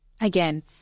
Again